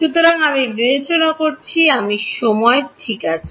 সুতরাং আমি স্থান বিবেচনা করছি আমি সময় ঠিক আছে